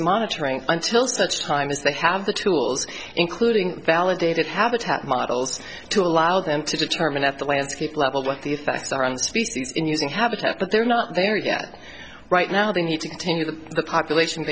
monitoring until such time as they have the tools including validated habitat models to allow them to determine at the landscape level what the effects are on species using habitat but they're not there yet right now they need to continue with the population